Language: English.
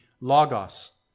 logos